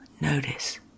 notice